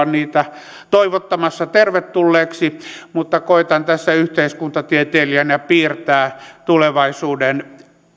niitä toivottamassa tervetulleeksi mutta koetan tässä yhteiskuntatieteilijänä piirtää tulevaisuuden